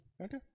Okay